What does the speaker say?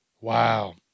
Wow